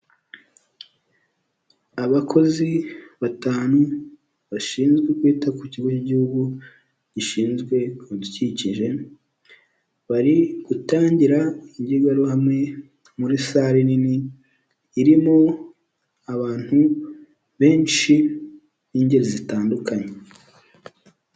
Abakozi batanu bashinzwe kwita ku kigo cy'igihugu gishinzwe ibidukikije, bari gutangira immwitrwaruhame muri sare nini irimo abantu benshi b'ingeri zitandukanye.